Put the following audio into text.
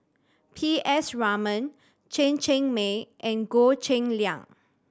P S Raman Chen Cheng Mei and Goh Cheng Liang